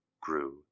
grew